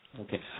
Okay